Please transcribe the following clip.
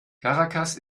caracas